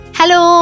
Hello